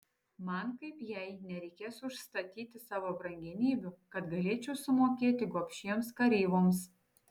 man kaip jai nereikės užstatyti savo brangenybių kad galėčiau sumokėti gobšiems kareivoms